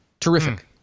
Terrific